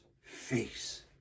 face